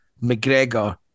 McGregor